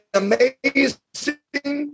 amazing